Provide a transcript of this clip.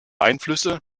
einflüsse